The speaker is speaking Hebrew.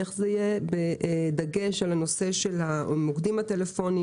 איך זה יהיה בדגש על הנושא של המוקדים הטלפוניים,